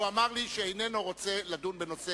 והוא אמר לי שהוא איננו רוצה לדון בנושא